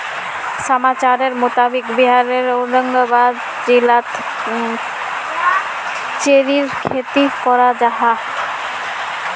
समाचारेर मुताबिक़ बिहारेर औरंगाबाद जिलात चेर्रीर खेती कराल जाहा